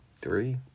three